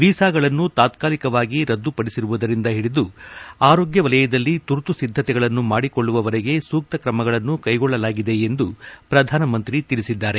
ವೀಸಾಗಳನ್ನು ತಾತ್ಕಲಿಕವಾಗಿ ರದ್ದುಪಡಿಸಿರುವುದರಿಂದ ಹಿಡಿದು ಆರೋಗ್ಯ ವಲಯದಲ್ಲಿ ತುರ್ತು ಸಿದ್ದತೆಗಳನ್ನು ಮಾಡಿಕೊಳ್ಳುವವರೆಗೆ ಸೂಕ್ತ ಕ್ರಮಗಳನ್ನು ಕೈಗೊಳ್ಳಲಾಗಿದೆ ಎಂದು ಪ್ರಧಾನಮಂತ್ರಿ ತಿಳಿಸಿದ್ದಾರೆ